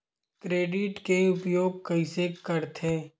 Credit के उपयोग कइसे करथे?